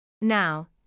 Now